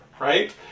right